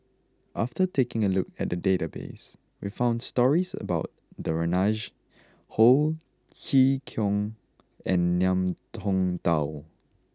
after taking a look at the database we found stories about Danaraj Ho Chee Kong and Ngiam Tong Dow